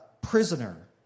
prisoner